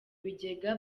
bigega